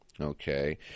okay